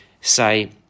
say